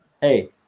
hey